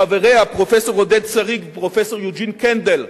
לחבריה, פרופסור עודד שריג ופרופסור יוג'ין קנדל,